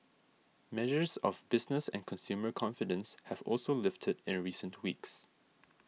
measures of business and consumer confidence have also lifted in recent weeks